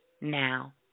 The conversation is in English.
now